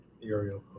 Uriel